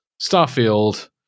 Starfield